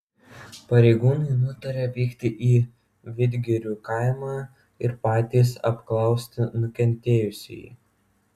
pareigūnai nutarė vykti į vidgirių kaimą ir patys apklausti nukentėjusįjį